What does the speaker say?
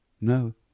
No